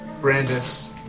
Brandis